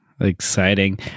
Exciting